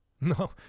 no